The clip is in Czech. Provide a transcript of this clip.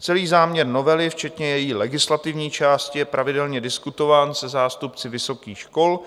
Celý záměr novely, včetně její legislativní části, je pravidelně diskutován se zástupci vysokých škol.